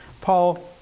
Paul